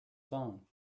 phone